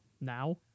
now